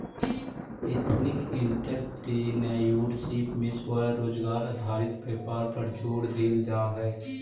ethnic entrepreneurship में स्वरोजगार आधारित व्यापार पर जोड़ देल जा हई